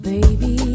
Baby